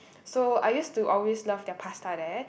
so I used to always love their pasta there